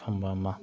ꯐꯝꯕ ꯑꯃ